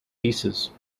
aces